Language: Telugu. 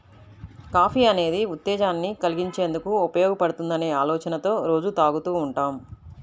కాఫీ అనేది ఉత్తేజాన్ని కల్గించేందుకు ఉపయోగపడుతుందనే ఆలోచనతో రోజూ తాగుతూ ఉంటాం